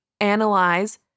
analyze